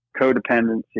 codependency